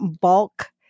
bulk